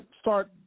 start